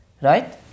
Right